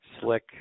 slick